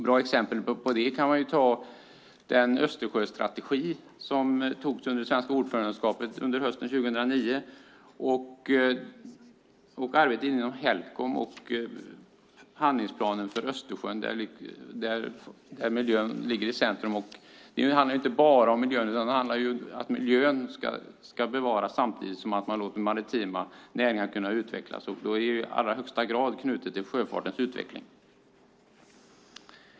Bra exempel på det är den Östersjöstrategi som antogs under det svenska EU-ordförandeskapet hösten 2009 liksom arbetet inom Helcom och handlingsplanen för Östersjön där miljön står i centrum. Men det handlar inte bara om miljön. Att miljön ska bevaras samtidigt som man låter maritima näringar kunna utvecklas är i allra högsta grad knutet till sjöfartens utveckling.